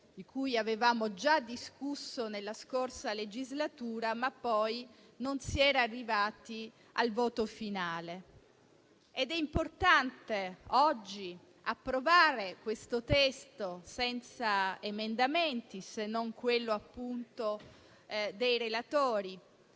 lo avevamo già discusso nella scorsa legislatura, ma non si era arrivati al voto finale. Ed è importante oggi approvare questo testo senza emendamenti, se non quello dei relatori.